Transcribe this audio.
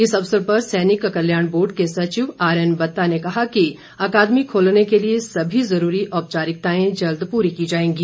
इस अवसर पर सैनिक कल्याण बोर्ड के सचिव आर एन बत्ता ने कहा कि अकादमी खोलने के लिए सभी जरूरी औपचारिकताएं जल्द पूरी की जाएंगी